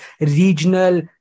regional